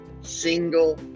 single